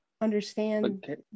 understand